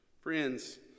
friends